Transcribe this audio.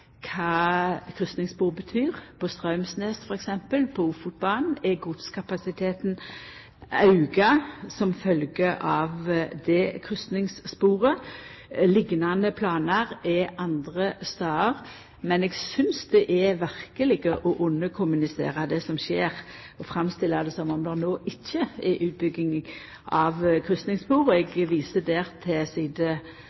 kva kryssingsspor betyr. På f.eks. Straumsnes på Ofotbanen er godskapasiteten auka som følgje av det kryssingssporet. Liknande planar er det andre stader, men eg synest det verkeleg er å underkommunisera det som skjer, å framstilla det som om det no ikkje er utbygging av